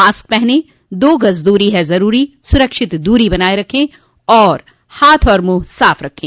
mask पहनें दो गज़ दूरी है ज़रूरी सुरक्षित दूरी बनाए रखें हाथ और मुंह साफ रखें